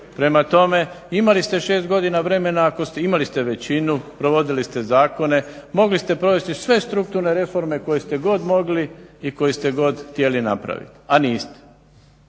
Prema tome, imali ste 6 godina vremena, imali ste većinu, provodili ste zakone, mogli ste provesti sve strukturne reforme koje ste god mogli i koje ste god htjeli napraviti, a niste.